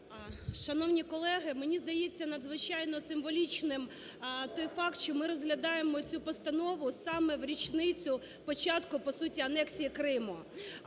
Шановні колеги! Мені здається надзвичайно символічним той факт, що ми розглядаємо цю постанову саме в річницю початку, по суті, анексії Криму.